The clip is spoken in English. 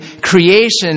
creation